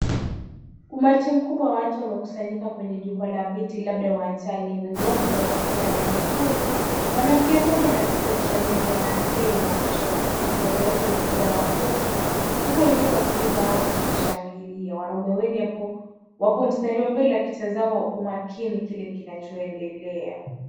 Umati mkubwa wa watu wamekusanyika kwenye jukwaa la viti labda waanjani wengi wao wamevalia fulana nyekundu. Mwanamke mmoja anapeperusha bendera ya Kenya kwa shauku kubwa, baada ya wote wanapiga makofi huku wengine wakiimba au kushangilia. Wanaume wengi hapo wapo mstari wa mbele wakitazama umakini kile kinachoendelea.